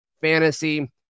fantasy